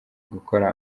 gukora